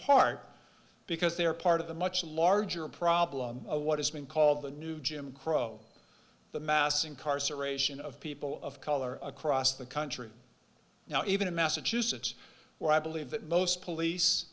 part because they are part of the much larger problem of what is being called the new jim crow the mass incarceration of people of color across the country now even in massachusetts where i believe that most police